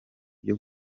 byo